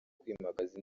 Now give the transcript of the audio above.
kwimakaza